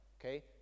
okay